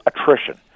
attrition